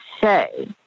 say